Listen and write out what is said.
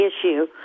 issue